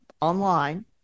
online